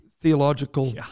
theological